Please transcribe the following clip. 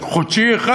חודשי אחד.